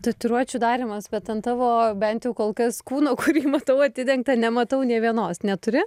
tatuiruočių darymas bet an tavo bent kol kas kūno kurį matau atidengtą nematau nė vienos neturi